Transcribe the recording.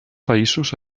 països